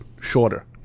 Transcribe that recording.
shorter